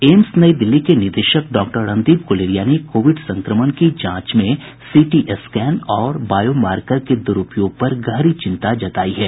AIIMS Nai Delhi के निदेशक doctor Randeep Guleria ने कोविड संक्रमण की जांच में सीटी स्कैन और बायोमार्कर के दुरुपयोग पर गहरी चिंता जतायी है